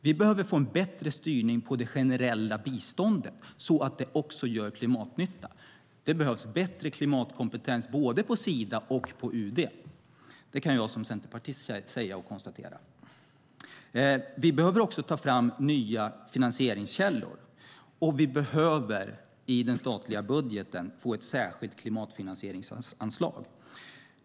Vi behöver få en bättre styrning på det generella biståndet så att det också gör klimatnytta. Det behövs bättre klimatkompetens både på Sida och på UD. Det kan jag som centerpartist konstatera. Vi behöver också ta fram nya finansieringskällor. Vi behöver i den statliga budgeten få ett särskilt klimatfinansieringsanslag.